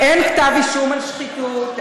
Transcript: אין כתב אישום על שחיתות,